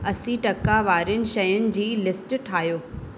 अस्सी टका वारियूंनि शयुनि जी लिस्ट ठाहियो